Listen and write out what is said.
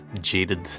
jaded